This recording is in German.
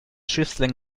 schiffslänge